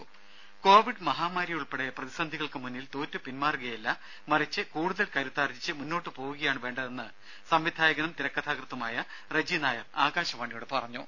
രംഭ Covid മഹാമാരി ഉൾപ്പെടെ പ്രതിസന്ധികൾക്കു മുന്നിൽ തോറ്റു പിൻമാറുകയല്ല മറിച്ച് കൂടുതൽ കരുത്താർജിച്ച് മുന്നോട്ട് പോവുകയാണ് വേണ്ടതെന്ന് സംവിധായകനും തിരക്കഥാകൃത്തുമായ റജി നായർ ആകാശവാണിയോട് പറഞ്ഞു